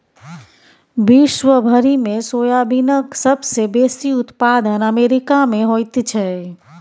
विश्व भरिमे सोयाबीनक सबसे बेसी उत्पादन अमेरिकामे होइत छै